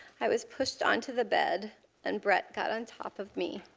i was pushed onto the bed and brett got on top of me.